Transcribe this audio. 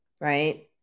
right